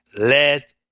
Let